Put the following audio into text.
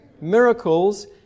Miracles